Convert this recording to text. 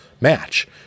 match